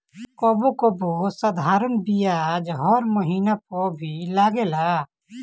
कबो कबो साधारण बियाज हर महिना पअ भी लागेला